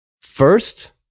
First